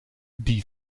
die